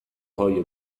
های